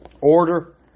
Order